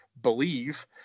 believe